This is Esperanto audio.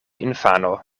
infano